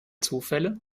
zufälle